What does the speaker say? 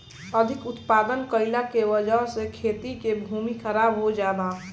अधिक उत्पादन कइला के वजह से खेती के भूमि खराब हो जाला